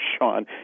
Sean